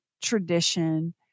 tradition